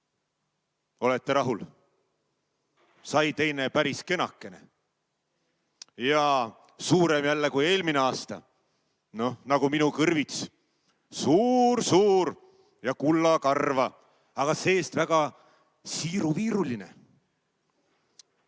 olete rahul? Sai teine päris kenakene ja suurem jälle kui eelmine aasta. Nagu minu kõrvits: suur-suur ja kullakarva, aga seest väga siiruviiruline.